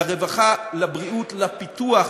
לרווחה, לבריאות, לפיתוח